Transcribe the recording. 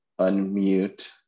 unmute